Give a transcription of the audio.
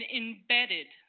embedded